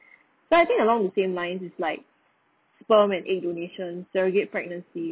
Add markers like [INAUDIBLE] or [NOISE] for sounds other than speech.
[BREATH] but I think along with same line is like sperm and egg donation surrogate pregnancy